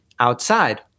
outside